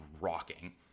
rocking